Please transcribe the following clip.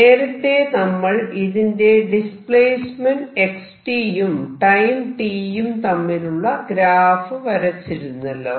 നേരത്തെ നമ്മൾ ഇതിന്റെ ഡിസ്പ്ലേസ്മെന്റ് x യും ടൈം t യും തമ്മിലുള്ള ഗ്രാഫ് വരച്ചിരുന്നല്ലോ